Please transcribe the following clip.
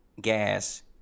gas